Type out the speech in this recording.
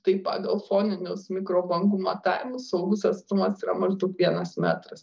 tai pagal foninius mikrobangų matavimus saugus atstumas yra maždaug vienas metras